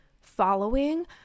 following